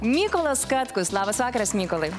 mykolas katkus labas vakaras mykolai